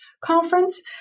conference